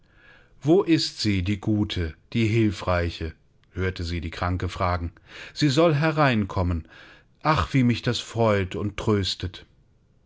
wo ist sie die gute die hilfreiche hörte sie die kranke fragen sie soll hereinkommen ach wie mich das freut und tröstet